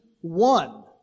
one